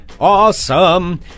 Awesome